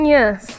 Yes